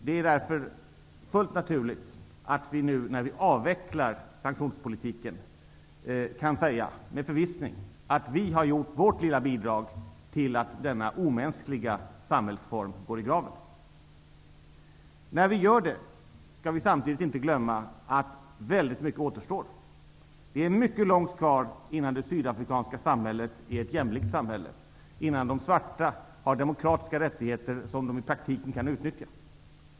Det är därför fullt naturligt att vi, när vi nu avvecklar sanktionspolitiken, med förvissning kan säga att vi har gett vårt lilla bidrag till att denna omänskliga samhällsform går i graven. Vi skall samtidigt inte glömma att mycket återstår att göra. Det är mycket långt kvar innan det sydafrikanska samhället är ett jämlikt samhälle och de svarta får demokratiska rättigheter som de i praktiken kan utnyttja.